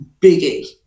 biggie